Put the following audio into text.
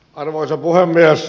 arvoisa puhemies